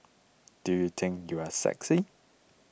do you think you are sexy